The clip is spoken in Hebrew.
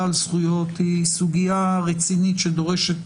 על זכויות היא סוגיה רצינית שדורשת